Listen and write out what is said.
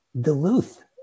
Duluth